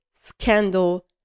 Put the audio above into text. scandal